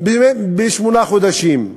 בשמונה חודשים,